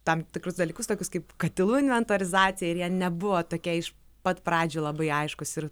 tam tikrus dalykus tokius kaip katilų inventorizacija ir jie nebuvo tokie iš pat pradžių labai aiškūs ir